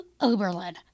Oberlin